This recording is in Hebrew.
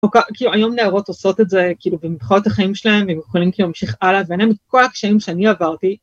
כי היום נערות עושות את זה כאילו והן חיות את החיים שלהן והם יכולים להמשיך הלאה ואין להם את כל הקשיים שאני עברתי